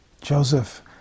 Joseph